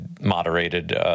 moderated